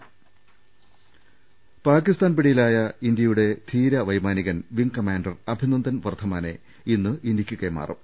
ൾ ൽ ൾ പാകിസ്ഥാൻ പിടിയിലായ ഇന്ത്യയുടെ ധീര വൈമാനികൻ വിങ്ങ് കമാന്റർ അഭിനന്ദൻ വർദ്ധമാനെ ഇന്ന് ഇന്ത്യക്ക് കൈമാറും